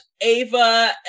Ava